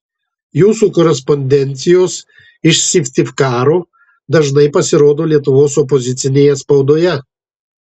jūsų korespondencijos iš syktyvkaro dažnai pasirodo lietuvos opozicinėje spaudoje